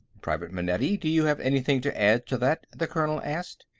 private manetti, do you have anything to add to that? the colonel asked.